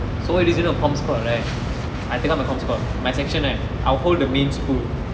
so original comms cord right I take out my comms cord my section right I'll hold the main spool